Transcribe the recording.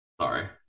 Sorry